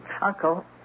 Uncle